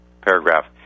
paragraph